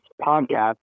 podcast